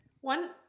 One